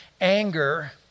anger